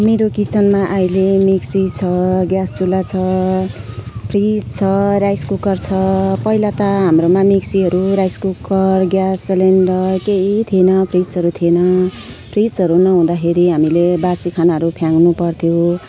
मेरो किचनमा अहिले मिक्सी छ ग्यास चुला छ फ्रिज छ राइस कुकुर छ पहिला त हाम्रोमा मिक्सीहरू राइस कुकर ग्यास सिलिन्डर केही थिएन फ्रिजहरू थिएन फ्रिजहरू नहुँदाखेरि हामीले बासी खानाहरू फ्याँक्नु पर्थ्यो